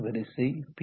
வரிசை பி